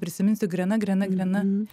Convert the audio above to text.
prisiminsiu grena grena grena